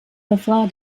refrain